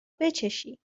بچشی